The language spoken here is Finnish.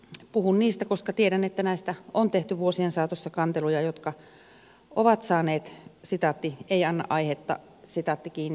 puhun niistä koska tiedän että näistä on tehty vuosien saatossa kanteluja jotka ovat saaneet ei anna aihetta päätöksen